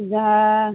যা